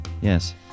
yes